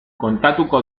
kontatuko